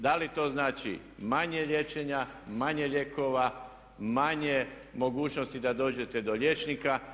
Da li to znači manje liječenja, manje lijekova, manje mogućnosti da dođete do liječnika.